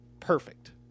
perfect